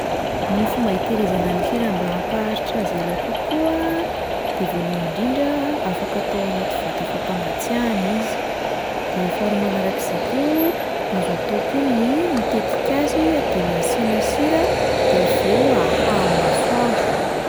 Ny fomba hitahirizana ny hena mba hampaharitra azy ela kokoa de voalohany indrindra afaka atao anaty vata fampangatsiahana izy, de faharoa manarak'izay koa azo atao koa ny mitetika azy de m- asiana sira de avy eo ahaha amin'ny masoandro.